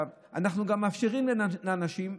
אנחנו גם מאפשרים לאנשים,